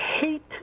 hate